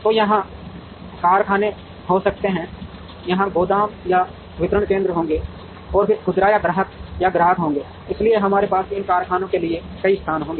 तो यहाँ कारखाने हो सकते हैं यहाँ गोदाम या वितरण केंद्र होंगे और फिर खुदरा या ग्राहक या ग्राहक होंगे इसलिए हमारे पास इन कारखानों के लिए कई स्थान होंगे